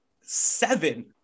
seven